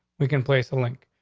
we can place the link.